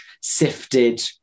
Sifted